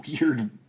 weird